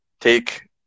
take